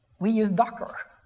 we use docker.